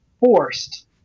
Forced